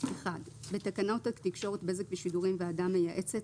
בתקנות התקשורת (בזק ושידורים) (ועדה מייעצת),